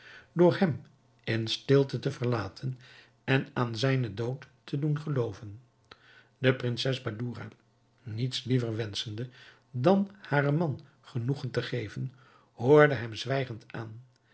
door hem in stilte te verlaten en aan zijnen dood te doen gelooven de prinses badoura niets liever wenschende dan haren man genoegen te geven hoorde hem zwijgend aan